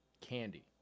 Candy